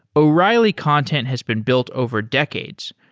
o'reilly content has been built over decades.